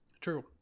True